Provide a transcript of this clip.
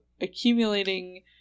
accumulating